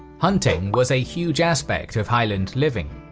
hunting was a huge aspect of highland living,